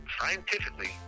scientifically